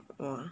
!wah!